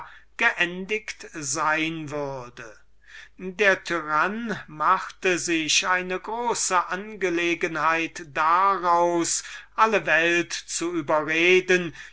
geendigt sein würde der tyrann machte sich eine große angelegenheit daraus alle welt zu überreden